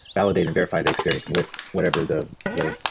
validate and verify the experience with whatever the the